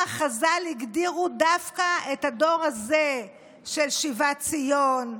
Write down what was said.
חז"ל הגדירו דווקא את הדור הזה של שיבת ציון,